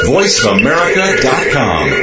VoiceAmerica.com